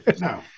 No